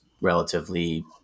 relatively